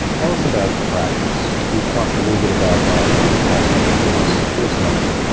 tell us about the practice. we've talked a little bit about that over the past couple days. give us an update.